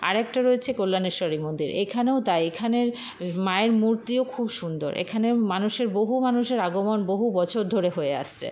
আর একটা রয়েছে কল্যাণেশ্বরী মন্দির এখানেও তাই এখানের মায়ের মূর্তিও খুব সুন্দর এখানে মানুষের বহু মানুষের আগমন বহু বছর ধরে হয়ে আসছে